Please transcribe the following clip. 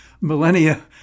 millennia